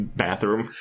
bathroom